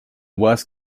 worst